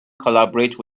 collaborate